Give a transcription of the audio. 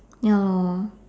ya lor